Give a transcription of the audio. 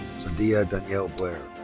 sadiyah danielle blair.